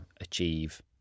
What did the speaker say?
achieve